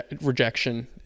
rejection